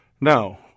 No